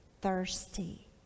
thirsty